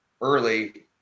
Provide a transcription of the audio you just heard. early